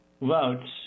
votes